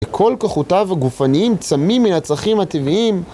לכל כחותיו הגופניים צמים מן הצרכים הטבעיים